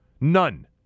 None